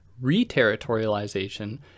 re-territorialization